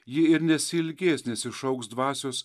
ji ir nesiilgės nesišauks dvasios